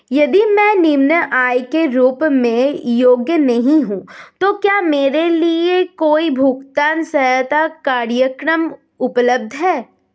यदि मैं निम्न आय के रूप में योग्य नहीं हूँ तो क्या मेरे लिए कोई भुगतान सहायता कार्यक्रम उपलब्ध है?